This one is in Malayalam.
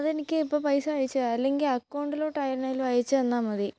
അതെനിക്ക് ഇപ്പോള് പൈസ അയച്ചു താ അല്ലെങ്കില് അക്കൗണ്ടിലോട്ട് ആയിരുന്നാലും അയച്ചു തന്നാല് മതി